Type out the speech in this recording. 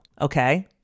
Okay